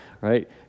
right